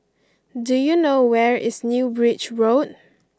do you know where is New Bridge Road